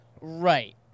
Right